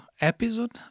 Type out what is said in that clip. episode